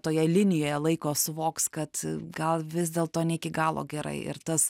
toje linijoje laiko suvoks kad gal vis dėlto ne iki galo gerai ir tas